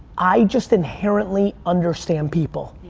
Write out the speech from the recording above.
i just inherently understand people.